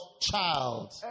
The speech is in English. child